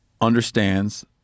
understands